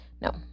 No